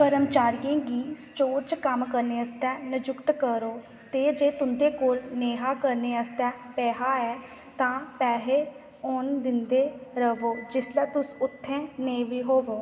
कर्मचारियें गी स्टोर च कम्म करने आस्तै नयुक्त करो ते जे तुं'दे कोल नेहा करने आस्तै पैहा ऐ तां पैहे औन दिंदे र'वो जिसलै तुस उत्थै नेईं बी होवो